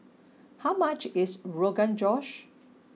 how much is Rogan Josh